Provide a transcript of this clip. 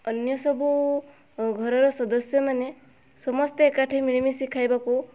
ଅନ୍ୟ ସବୁ ଘରର ସଦସ୍ୟ ମାନେ ସମସ୍ତେ ଏକାଠି ମିଳିମିଶି ଖାଇବାକୁ